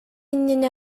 иннинэ